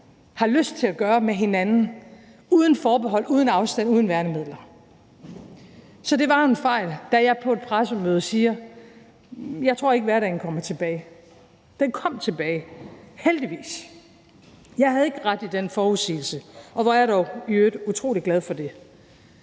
har lyst til at gøre med hinanden, uden forbehold, uden afstand og uden værnemidler. Så det var en fejl, da jeg på et pressemøde sagde: Jeg tror ikke, at hverdagen kommer tilbage. Den kom tilbage – heldigvis. Jeg havde ikke ret i den forudsigelse, og hvor er jeg dog i øvrigt utrolig glad for det.